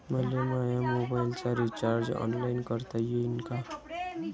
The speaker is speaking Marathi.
मले माया मोबाईलचा रिचार्ज ऑनलाईन करता येईन का?